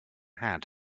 had